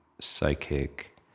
psychic